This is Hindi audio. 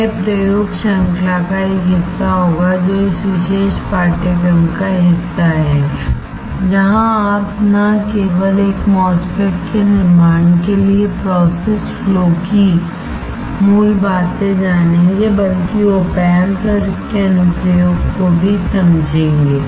यह प्रयोग श्रृंखला का एक हिस्सा होगा जो इस विशेष पाठ्यक्रम का हिस्सा है जहां आप न केवल एक MOSFET के निर्माण के लिए प्रोसेस फ्लोकी मूल बातें जानेंगे बल्कि op amps और इसके अनुप्रयोग को भी समझेंगे